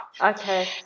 Okay